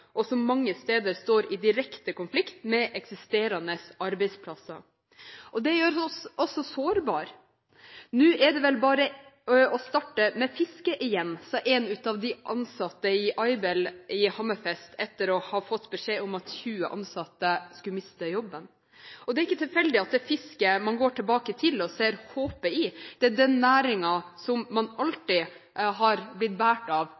og som mange steder står i direkte konflikt med eksisterende arbeidsplasser. Det gjør oss også sårbare. Nå er det vel bare å starte med fiske igjen, sa en av de ansatte i Aibel i Hammerfest, etter å ha fått beskjed om at 20 ansatte skulle miste jobben. Det er ikke tilfeldig at det er fiske man går tilbake til og ser håpet i. Det er den næringen som man alltid har blitt båret av